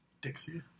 Dixie